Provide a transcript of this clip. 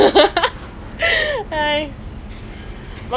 I wish I can dye lah ஆனால் என் அம்மா விடமாட்டாங்க:aanal yen amma vidamaataanga